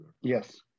yes